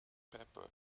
pepper